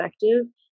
effective